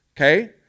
okay